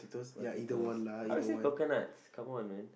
potatoes how is that coconuts come on man